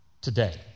today